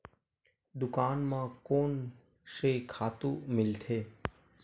दुकान म कोन से खातु मिलथे?